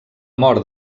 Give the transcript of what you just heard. mort